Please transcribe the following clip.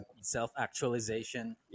self-actualization